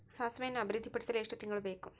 ಸಾಸಿವೆಯನ್ನು ಅಭಿವೃದ್ಧಿಪಡಿಸಲು ಎಷ್ಟು ತಿಂಗಳು ಬೇಕು?